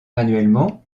annuellement